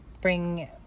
bring